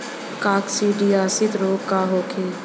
काकसिडियासित रोग का होखे?